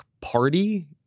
Party